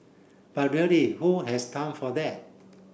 but really who has time for that